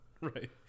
Right